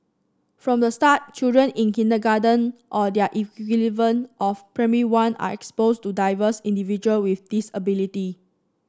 from the start children in kindergarten or their equivalent of Primary One are exposed to diverse individual with disabilities